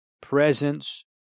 presence